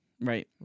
Right